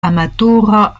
amatora